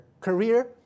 career